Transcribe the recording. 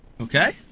Okay